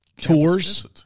tours